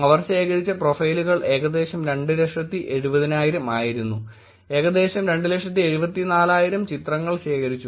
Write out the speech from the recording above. അവർ ശേഖരിച്ച പ്രൊഫൈലുകൾ ഏകദേശം 270000 ആയിരുന്നു ഏകദേശം 274000 ചിത്രങ്ങൾ ശേഖരിച്ചു